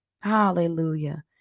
Hallelujah